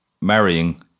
marrying